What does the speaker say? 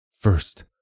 First